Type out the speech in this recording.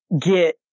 get